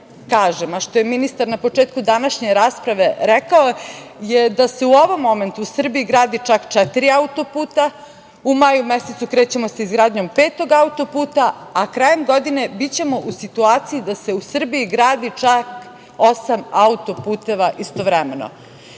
kažem, a što je ministar na početku današnje rasprave rekao, je da se u ovom momentu u Srbiji gradi čak četiri auto-puta, u maju mesecu krećemo sa izgradnjom petog auto-puta, a krajem godine bićemo u situaciji da se u Srbiji gradi čak osam auto-puteva istovremeno. Jedan